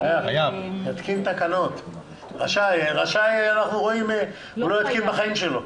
אם זה יהיה רשאי, הוא לא יתקין בחיים שלו.